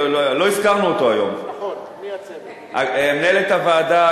לא הזכרנו אותו היום: מנהלת הוועדה,